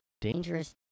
Dangerous